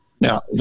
Now